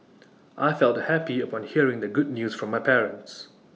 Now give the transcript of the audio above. I felt happy upon hearing the good news from my parents